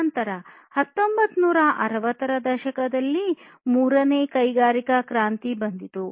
ನಂತರ 1960 ರ ದಶಕದಲ್ಲಿ ಮೂರನೇ ಕೈಗಾರಿಕಾ ಕ್ರಾಂತಿ ಬಂದಿತು